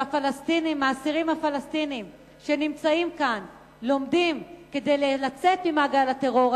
שהאסירים הפלסטינים שנמצאים כאן לומדים כדי לצאת ממעגל הטרור,